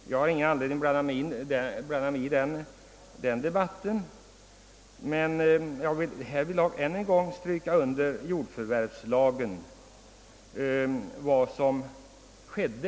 Jag har ingen anledning att blanda mig i den debatten, men jag vill än en gång erinra om vad som hänt efter jordförvärvslagens tillkomst.